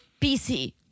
PC